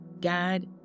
God